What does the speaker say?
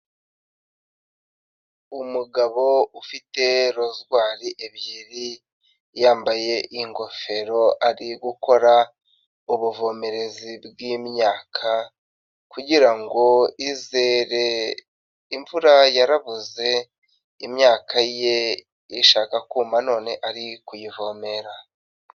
Umugabo ufite rozwari ebyiri yambaye ingofero ari gukora ubuvomezi bwimyaka, kugira ngo izere, imvura yarabuze imyaka ye ishaka kuma none ari kuyivomera.